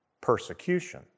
persecution